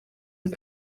het